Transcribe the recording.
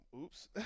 oops